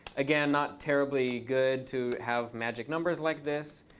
again, not terribly good to have magic numbers like this.